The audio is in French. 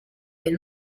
est